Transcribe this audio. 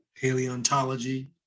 paleontology